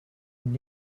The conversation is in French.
une